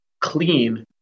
Clean